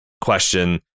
question